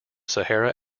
sahara